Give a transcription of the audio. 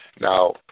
Now